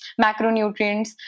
macronutrients